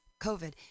COVID